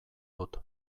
dut